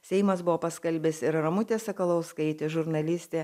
seimas buvo paskelbęs ir ramutė sakalauskaitė žurnalistė